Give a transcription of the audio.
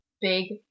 big